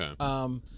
Okay